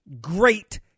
great